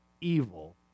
evil